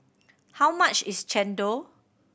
how much is chendol